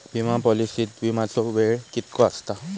विमा पॉलिसीत विमाचो वेळ कीतको आसता?